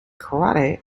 karate